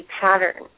pattern